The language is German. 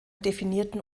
definierten